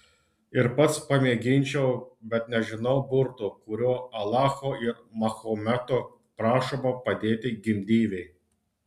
ir pats pamėginčiau bet nežinau burto kuriuo alacho ir mahometo prašoma padėti gimdyvei